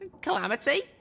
Calamity